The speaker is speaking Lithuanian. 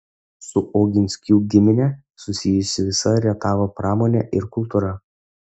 su oginskių gimine susijusi visa rietavo pramonė ir kultūra